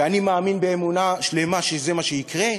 ואני מאמין באמונה שלמה שזה מה שיקרה,